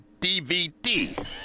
DVD